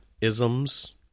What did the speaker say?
isms